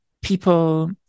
people